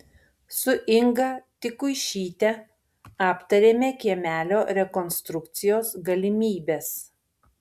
su inga tikuišyte aptarėme kiemelio rekonstrukcijos galimybes